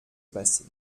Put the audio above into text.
passer